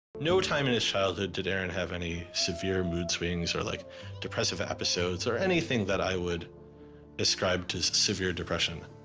no time in his childhood did aaron have any severe mood swings, or like depressive episodes or anything that i would describe to as severe depression.